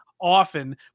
often